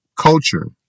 culture